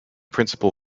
principal